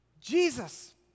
Jesus